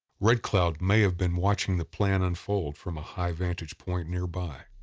red cloud may have been watching the plan unfold from a high vantage point nearby.